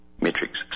matrix